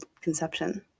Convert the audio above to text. conception